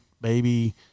baby